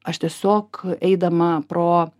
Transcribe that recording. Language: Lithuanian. aš tiesiog eidama pro